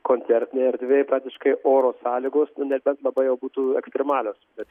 koncertinėj erdvėj praktiškai oro sąlygos nu nebent labai jau būtų ekstremalios bet